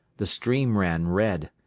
the stream ran red.